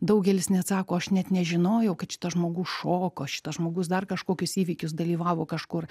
daugelis net sako aš net nežinojau kad šitas žmogus šoko šitas žmogus dar kažkokius įvykius dalyvavo kažkur